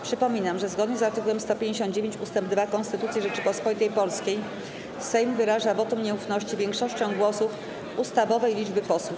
Przypominam, że zgodnie z art. 159 ust. 2 Konstytucji Rzeczypospolitej Polskiej Sejm wyraża wotum nieufności większością głosów ustawowej liczby posłów.